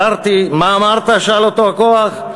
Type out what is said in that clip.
'מה אמרת?' שאל אותו הכוח.